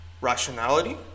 Rationality